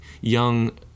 young